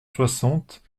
soixante